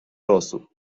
راسو